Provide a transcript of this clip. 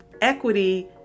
equity